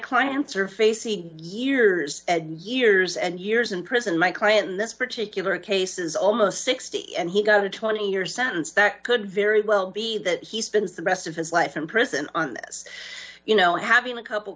clients are facing years and years and years in prison my client in this particular case is almost sixty and he got a twenty year sentence that could very well be that he spends the rest of his life in prison on this you know having a couple